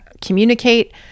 communicate